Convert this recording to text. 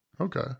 Okay